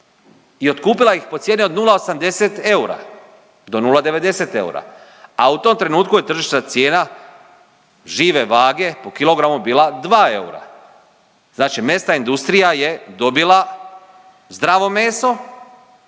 i otkupila ih po cijeni od 0,80 eura do 0,90 eura, a u tom trenutku je tržišna cijena žive vage po kilogramu bila 2 eura, znači mesna industrija je dobila zdravo meso